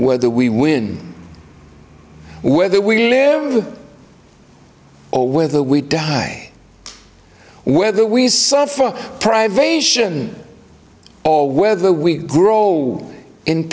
whether we win whether we live or whether we die whether we suffer privation or whether we grow in